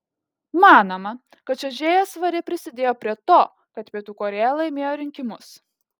manoma kad čiuožėja svariai prisidėjo prie to kad pietų korėja laimėjo rinkimus